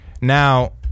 Now